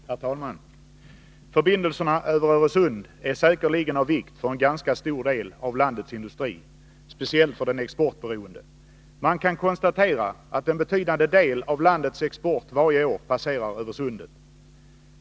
Herr talman! Förbindelserna över Öresund är säkerligen av vikt för en ganska stor del av landets industri, speciellt för den exportberoende. Man kan konstatera att en betydande del av landets export varje år passerar över sundet.